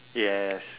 yes